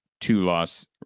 two-loss